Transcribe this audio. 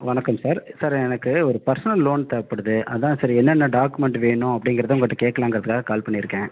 வணக்கம் sir sir எனக்கு ஒரு பர்சனல் லோன் தேவைப்படுது அதான் சரி என்னென்ன டாக்குமெண்ட்டு வேணும் அப்படிங்கிறது உங்கள்ட்ட கேக்கலாங்கிறதுக்காக கால் பண்ணியிருக்கேன்